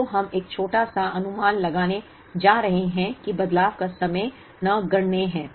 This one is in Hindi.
तो हम एक छोटा सा अनुमान लगाने जा रहे हैं कि बदलाव का समय नगण्य है